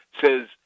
says